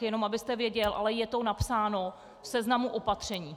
Jenom abyste věděl, ale je to napsáno v seznamu opatření.